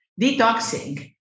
detoxing